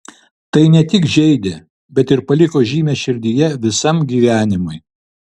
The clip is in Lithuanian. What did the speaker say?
tai ne tik žeidė bet ir paliko žymę širdyje visam gyvenimui